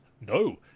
no